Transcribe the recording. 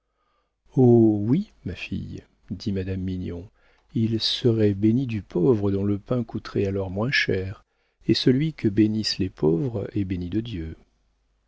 oh oui ma fille dit madame mignon il serait béni du pauvre dont le pain coûterait alors moins cher et celui que bénissent les pauvres est béni de dieu